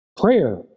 Prayer